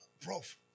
Prof